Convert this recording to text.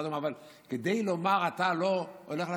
אבל כדי לומר: אתה לא הולך לצבא,